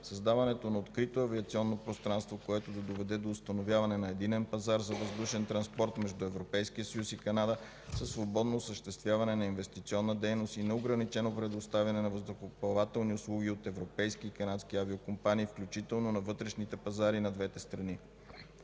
създаването на открито авиационно пространство, което да доведе до установяване на единен пазар за въздушен транспорт между Европейския съюз и Канада със свободно осъществяване на инвестиционна дейност и неограничено предоставяне на въздухоплавателни услуги от европейските и канадските авиокомпании, включително на вътрешните пазари на двете страни.